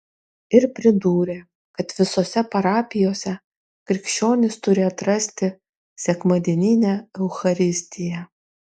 ir pridūrė kad visose parapijose krikščionys turi atrasti sekmadieninę eucharistiją